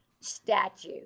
statue